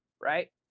right